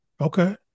Okay